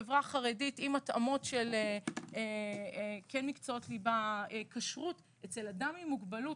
בחברה החרדית יש התאמה במקצועות ליבה וכשרות אבל אדם עם מוגבלות,